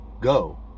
go